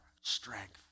strength